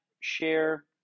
share